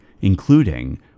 including